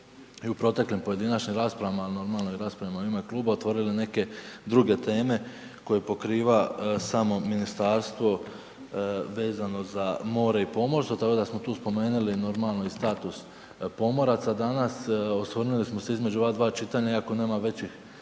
u proteklim pojedinačnim raspravama a normalno i u raspravama u ime kluba, otvorili neke druge teme koje pokriva samo ministarstvo vezano za more i pomorstvo tako da smo tu spomenuli normalno i status pomoraca danas, osvrnuli smo se između ova dva čitanja iako nema većih